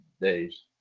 days